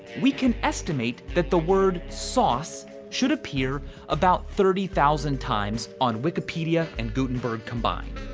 we can estimate that the word sauce should appear about thirty thousand times on wikipedia and gutenberg combined.